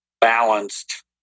balanced